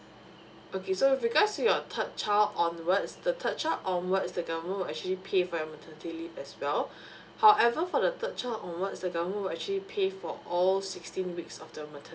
okay so with regards to your a third child onwards the third child onwards the government will actually pay for your maternity leave as well however for the third child onwards the government will actually pay for all sixteen weeks of the maternity